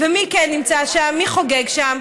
ומי כן נמצא שם, מי חוגג שם?